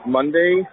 Monday